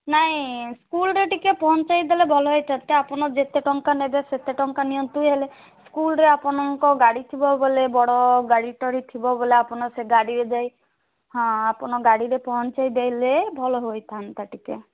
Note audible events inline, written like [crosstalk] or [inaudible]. ନାଇଁ ସ୍କୁଲରେ ଟିକେ ପହଞ୍ଚେଇ ଦେଲେ ଭଲ ହେଇଥାନ୍ତା ଆପଣ ଯେତେ ଟଙ୍କା ନେବେ ସେତେ ଟଙ୍କା ନିଅନ୍ତୁ ହେଲେ ସ୍କୁଲରେ ଆପଣଙ୍କ ଗାଡ଼ି ଥିବ ବୋଲେ ବଡ଼ ଗାଡ଼ି [unintelligible] ଆପଣଙ୍କ ସେ ଗାଡ଼ିରେ ଯାଇ ହଁ ଆପଣ ଗାଡ଼ିରେ ପହଞ୍ଚାଇ ଦେଲେ ଭଲ ହୋଇଥାନ୍ତା ଟିକେ